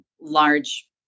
large